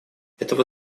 этого